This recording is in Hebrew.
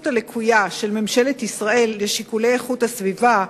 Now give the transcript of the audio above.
הלקויה של ממשלת ישראל לשיקולי איכות הסביבה,